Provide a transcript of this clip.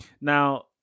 Now